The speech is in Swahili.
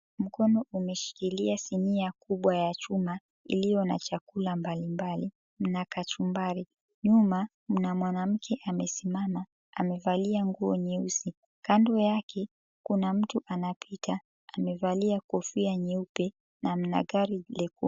Mkono umeshikilia sinia kubwa ya chuma iliyo na chakula mbali mbali mna kachumbari, nyuma mna mwanamke amesimama amevalia nguo nyeusi, kando yake kuna mtu anapita amevalia kofia nyeupe na mna gari.